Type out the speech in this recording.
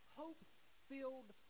hope-filled